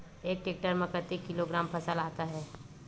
एक टेक्टर में कतेक किलोग्राम फसल आता है?